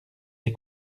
les